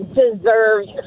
deserves